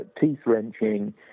teeth-wrenching